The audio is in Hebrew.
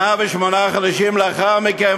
שנה ושמונה חודשים לאחר מכן,